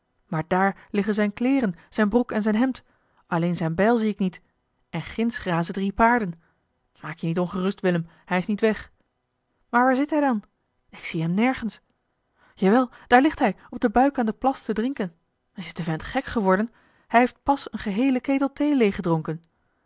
maar daar liggen zijne kleeren zijne broek en zijn hemd alleen zijne bijl zie ik niet en ginds grazen drie paarden maak je niet ongerust willem hij is niet weg maar waar zit hij dan ik zie hem nergens ja wel daar ligt hij op den buik aan den plas te drinken is de vent gek geworden hij heeft pas een geheelen ketel thee